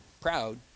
proud